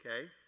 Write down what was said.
okay